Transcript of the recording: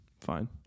fine